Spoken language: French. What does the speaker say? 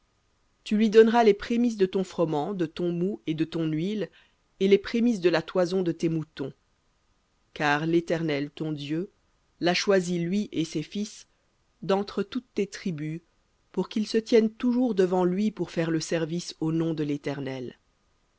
tu lui donneras les prémices de ton froment de ton moût et de ton huile et les prémices de la toison de tes moutons car l'éternel ton dieu l'a choisi lui et ses fils d'entre toutes tes tribus pour qu'il se tienne toujours pour faire le service au nom de l'éternel